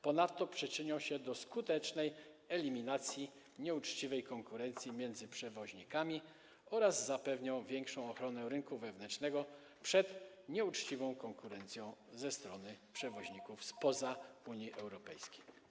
Ponadto przyczynią się do skutecznej eliminacji nieuczciwej konkurencji między przewoźnikami oraz zapewnią większą ochronę rynku wewnętrznego przed nieuczciwą konkurencją ze strony przewoźników spoza Unii Europejskiej.